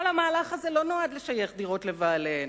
כל המהלך הזה לא נועד לשייך דירות לבעליהן.